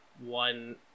one